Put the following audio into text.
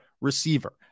receiver